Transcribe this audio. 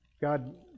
God